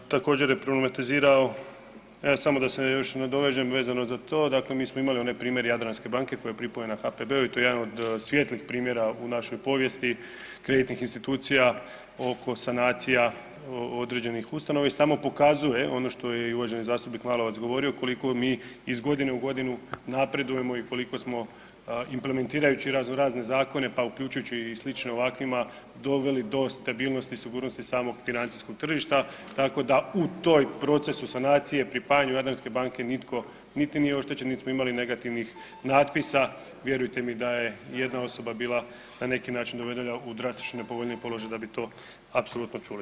Također je problematizirao, evo samo da se još nadovežem vezano za to, dakle mi smo imali onaj primjer Jadranske banke koja je pripojena HPB-u i to je jedan od svijetlih primjera u našoj povijesti kreditnih institucija oko sanacija određenih ustanova i samo pokazuje ono što je i uvaženi zastupnik Lalovac govorio koliko mi iz godine u godinu napredujemo i koliko smo implementirajući razno razne zakone, pa uključujući i slične ovakvima doveli do stabilnosti i sigurnosti samog financijskog tržišta, tako da u toj procesu sanacije pripajanju Jadranske banke nitko niti nije oštećen niti smo imali negativnih natpisa, vjerujte mi da je nijedna osoba bila na neki način dovedena u drastično povoljniji položaj da bi to apsolutno čuli.